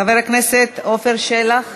חבר הכנסת עפר שלח?